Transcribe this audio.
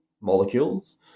molecules